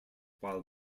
while